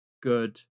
good